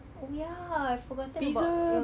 oh ya I forgotten about lam~